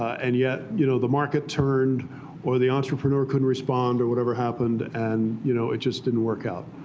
and yet you know the market turned or the entrepreneur couldn't respond or whatever happened, and you know it just didn't work out.